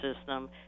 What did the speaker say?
system